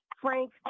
frank